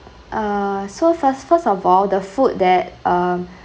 uh so first first of all the food that uh